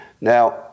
Now